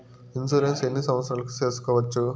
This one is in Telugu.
ఇన్సూరెన్సు ఎన్ని సంవత్సరాలకు సేసుకోవచ్చు?